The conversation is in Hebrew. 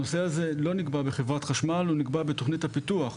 הנושא הזה לא נקבע בחברת החשמל; הוא נקבע בתכנית הפיתוח,